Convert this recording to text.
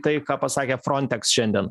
tai ką pasakė frontex šiandien